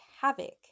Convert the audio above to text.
havoc